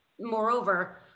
moreover